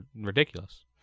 ridiculous